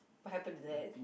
what happen to that